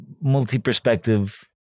multi-perspective